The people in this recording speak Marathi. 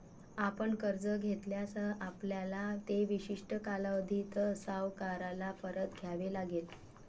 आपण कर्ज घेतल्यास, आपल्याला ते विशिष्ट कालावधीत सावकाराला परत द्यावे लागेल